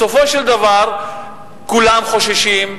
בסופו של דבר כולם חוששים.